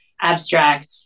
abstract